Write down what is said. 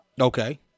Okay